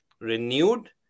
renewed